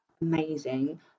amazing